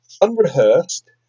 unrehearsed